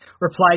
replied